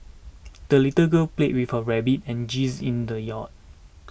the little girl played with her rabbit and geese in the yard